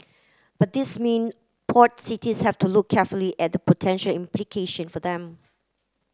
but these mean port cities have to look carefully at the potential implication for them